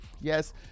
Yes